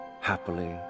Happily